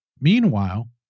Meanwhile